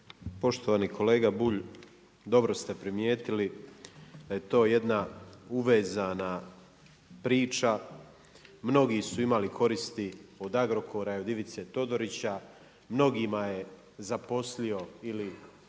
Poštovani kolega Bulj, dobro ste primijetili da je to jedna uvezana priča. Mnogi su imali koristi od Agrokora i od Ivice Todorića, mnogima je zaposlio ili